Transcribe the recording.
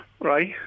Right